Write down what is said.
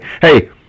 Hey